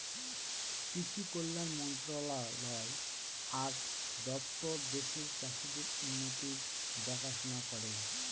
কৃষি কল্যাণ মন্ত্রণালয় আর দপ্তর দেশের চাষীদের উন্নতির দেখাশোনা করে